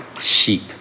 sheep